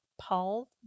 Paul